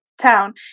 town